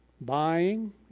Buying